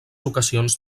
ocasions